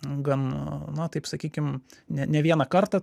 gan na taip sakykim ne ne vieną kartą